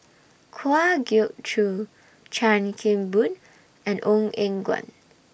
Kwa Geok Choo Chan Kim Boon and Ong Eng Guan